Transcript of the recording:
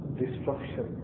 destruction